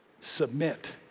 Submit